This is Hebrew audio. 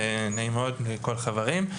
נעים מאוד מכל החברים.